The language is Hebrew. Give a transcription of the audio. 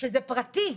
שזה פרטי,